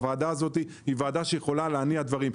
הוועדה הזאת יכולה להניע דברים.